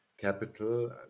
capital